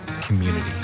community